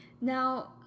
Now